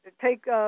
take